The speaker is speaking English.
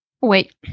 Wait